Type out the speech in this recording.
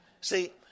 See